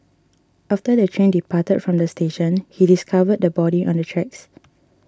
after the train departed from the station he discovered the body on the tracks